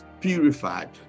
purified